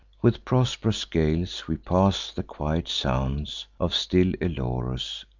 with prosp'rous gales we pass the quiet sounds of still elorus,